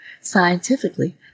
Scientifically